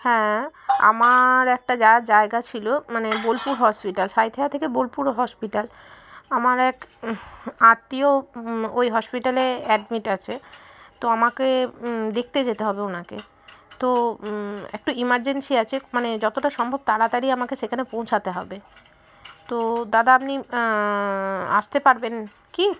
হ্যাঁ আমার একটা যাওয়ার জায়গা ছিল মানে বোলপুর হসপিটাল সাঁইথিয়া থেকে বোলপুর হসপিটাল আমার এক আত্মীয় ওই হসপিটালে অ্যাডমিট আছে তো আমাকে দেখতে যেতে হবে ওনাকে তো একটু ইমারজেন্সি আছে মানে যতটা সম্ভব তাড়াতাড়ি আমাকে সেখানে পৌঁছতে হবে তো দাদা আপনি আসতে পারবেন কি